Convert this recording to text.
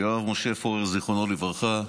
יואב משה פורר, זיכרונו לברכה.